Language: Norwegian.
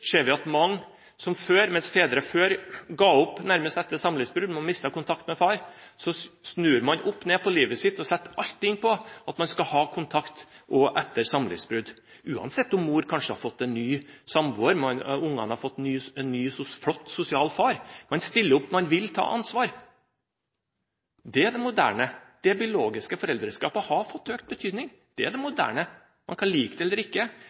ser vi at mange fedre – som før nærmest ga opp etter samlivsbrudd, ungene mistet kontakt med far – nå snur opp ned på livet sitt, og setter alt inn på at man skal ha kontakt også etter samlivsbrudd, uansett om mor kanskje har fått en ny samboer og ungene har fått en ny, flott sosial far. Man stiller opp, man vil ta ansvar. Det er det moderne. Det biologiske foreldreskapet har fått økt betydning – det er det moderne. Man kan like det eller ikke.